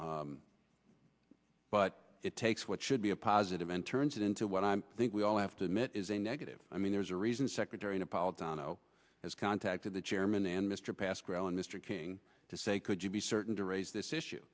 but it takes what should be a positive and turns it into what i think we all have to admit is a negative i mean there's a reason secretary an apology has contacted the chairman and mr pascoe and mr king to say could you be certain to raise this issue